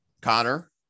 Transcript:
Connor